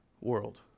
world